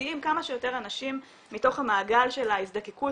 מוציאים כמה שיותר אנשים מתוך המעגל של ההזדקקות